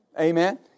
Amen